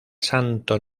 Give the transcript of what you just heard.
santo